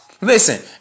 Listen